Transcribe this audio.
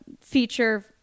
feature